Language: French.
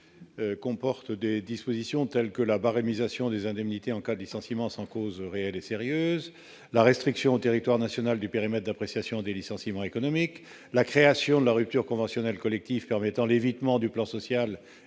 comporte des dispositions telles que la barémisation des indemnités en cas de licenciement sans cause réelle et sérieuse, la restriction territoire national du périmètre d'appréciation des licenciements économiques, la création de la rupture conventionnelle collective permettant l'évitement du plan social